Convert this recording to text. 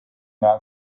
not